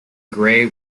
grey